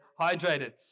hydrated